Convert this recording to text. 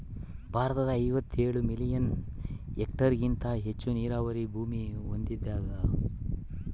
ಭಾರತ ಐವತ್ತೇಳು ಮಿಲಿಯನ್ ಹೆಕ್ಟೇರ್ಹೆಗಿಂತ ಹೆಚ್ಚು ನೀರಾವರಿ ಭೂಮಿ ಹೊಂದ್ಯಾದ